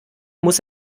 muss